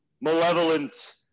malevolent